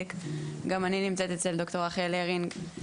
גם אני נמצאת אצל ד"ר רחל הרינג.